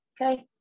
Okay